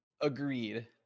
Agreed